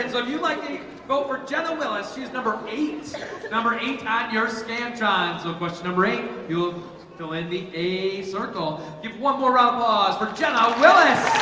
and sort of you like they vote for jenna willis she's number eight number eight not your scam times of which the rate you'll go in be a circle give one more ah applause for jenna willis